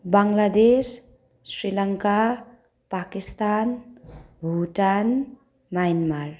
Bangladesh Sri Lanka Pakistan Bhutan Myanmar